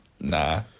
nah